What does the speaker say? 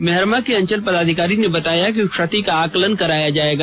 मेहरमा के अंचल पदाधिकारी ने बताया कि क्षति का आकलन कराया जाएगा